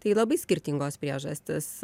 tai labai skirtingos priežastys